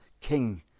king